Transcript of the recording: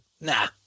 nah